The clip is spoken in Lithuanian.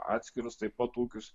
atskirus taip pat ūkius